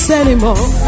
anymore